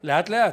לאט-לאט,